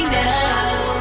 now